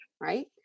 right